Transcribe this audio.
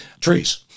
trees